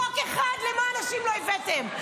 חוק אחד למען נשים לא הבאתם.